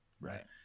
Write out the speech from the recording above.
Right